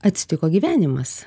atsitiko gyvenimas